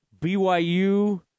BYU